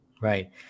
Right